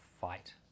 fight